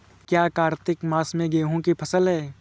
क्या कार्तिक मास में गेहु की फ़सल है?